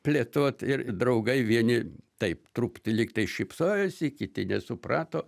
plėtot ir draugai vieni taip truputį lyg tai šypsojosi kiti nesuprato